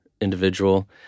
individual